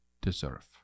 deserve